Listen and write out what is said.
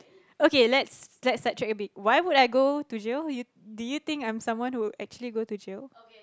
okay let's let's side track a bit why would I go to jail you do you think I'm some one who would actually go to jail